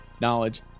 knowledge